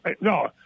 No